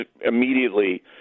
immediately